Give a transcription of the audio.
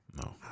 No